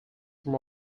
from